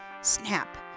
Snap